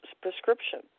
prescription